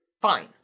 fine